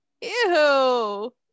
Ew